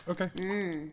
Okay